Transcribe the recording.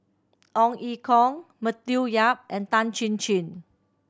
Ong Ye Kung Matthew Yap and Tan Chin Chin